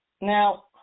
Now